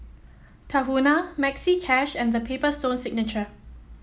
Tahuna Maxi Cash and The Paper Stone Signature